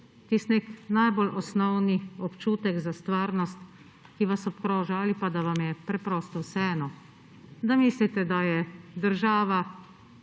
Tisti nek najbolj osnovni občutek za stvarnost, ki vas obkroža, ali pa da vam je preprosto vseeno. Da mislite, da je država,